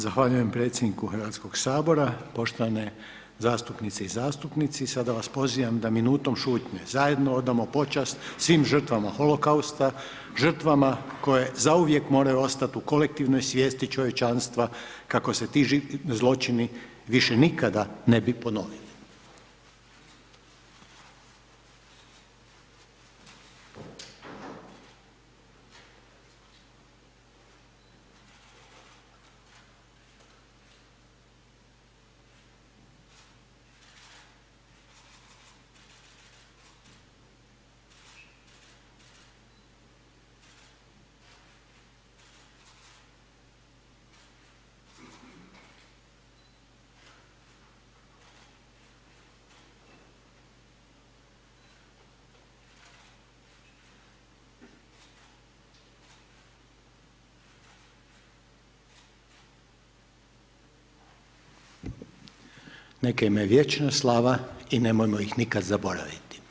Zahvaljujem predsjedniku Hrvatskog sabora, poštovane zastupnice i zastupnici sada vas pozivam da minutom šutnje, zajedno odajemo počast svim žrtvama holokausta, žrtvama koje zauvijek moraju ostati u kolektivnoj svijesti čovječanstva kako se ti zločini, više nikada ne bi ponovili. … [[Minuta šutnje]] Neka im je vječna slava i nemojmo ih nikada zaboraviti.